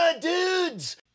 dudes